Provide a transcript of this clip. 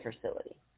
facility